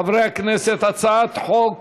חברי הכנסת, הצעת חוק